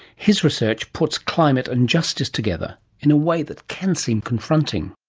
his research puts climate and justice together in a way that can seem confronting.